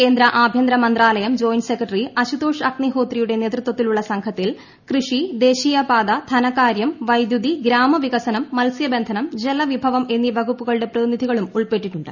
കേന്ദ്ര ആഭ്യന്തര മന്ത്രാലയം ജോയിന്റ് സെക്രട്ടറി അശുതോഷ് അഗ്നിഹോത്രിയുടെ നേതൃത്വത്തിലുള്ള സംഘത്തിൽ കൃഷി ദേശീയപാത ധനകാര്യ വൈദ്യുതി ഗ്രാമവികസനം മത്സ്യബന്ധനം ജലവിഭവം എന്നീ വകുപ്പുകളുടെ പ്രതിനിധികളും ഉൾപ്പെട്ടിട്ടുണ്ട്